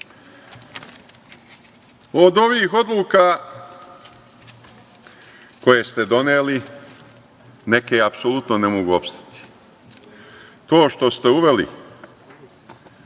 ovih odluka koje ste doneli neke apsolutno ne mogu opstati. To što ste uveli